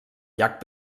llac